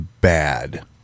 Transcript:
bad